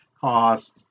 cost